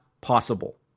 possible